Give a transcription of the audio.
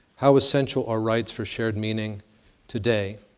how essential are rites for shared meaning today?